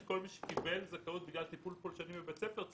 כל מי שקיבל זכאות בגלל טיפול פולשני בבית ספר,